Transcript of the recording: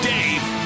Dave